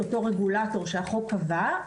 אותו רגולטור שהחוק קבע,